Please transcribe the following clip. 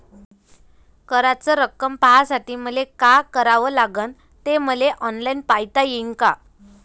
कराच रक्कम पाहासाठी मले का करावं लागन, ते मले ऑनलाईन पायता येईन का?